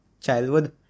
childhood